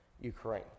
Ukraine